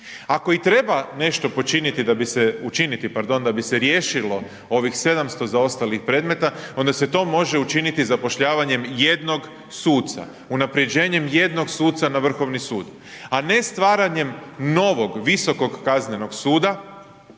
Ako i treba nešto počiniti, učiniti, pardon, da bi se riješilo ovih 700 zaostalih predmeta, onda se to može učiniti zapošljavanjem jednog suca, unaprjeđenjem jednog suca na Vrhovni sud a ne stvaranjem novog Visokog kaznenog suda